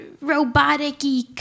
robotic-y